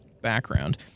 background